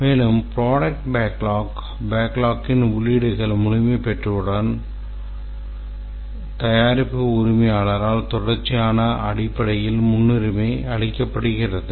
மேலும் ப்ரோடக்ட் பேக்லாக்கின் உள்ளீடுகள் முழுமை பெற்றவுடன் தயாரிப்பு உரிமையாளரால் தொடர்ச்சியான அடிப்படையில் முன்னுரிமை அளிக்கப்படுகிறது